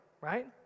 right